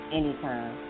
anytime